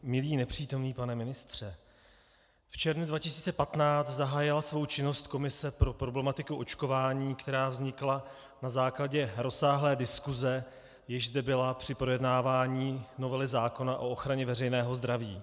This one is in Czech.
Milý nepřítomný pane ministře, v červnu 2015 zahájila svou činnost komise pro problematiku očkování, která vznikla na základě rozsáhlé diskuse, jež zde byla při projednávání novely zákona o ochraně veřejného zdraví.